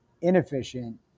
inefficient